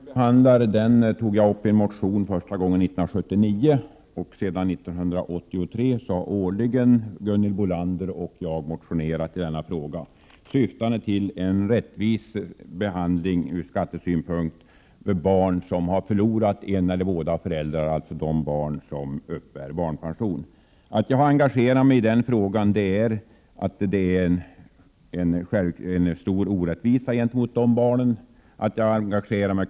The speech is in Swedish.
Herr talman! Den fråga som vi nu behandlar tog jag upp första gången 1979 i en motion, och alltsedan 1983 har Gunhild Bolander och jag årligen motionerat i detta ärende. Syftet med motionerna är att åstadkomma en rättvis behandling ur skattesynpunkt när det gäller barn som har förlorat en av eller båda föräldrarna. Det gäller alltså barn som uppbär barnpension. Att jag har engagerat mig i denna fråga beror på att jag upplever att dessa barn behandlas mycket orättvist.